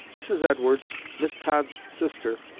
mrs. edwards, miss todd's sister,